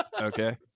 okay